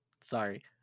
Sorry